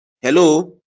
hello